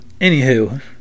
anywho